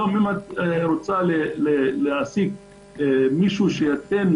היום אם היא רוצה להעסיק מישהו שיכוון